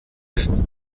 ist